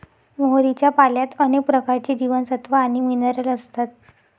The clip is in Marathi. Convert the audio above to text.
मोहरीच्या पाल्यात अनेक प्रकारचे जीवनसत्व आणि मिनरल असतात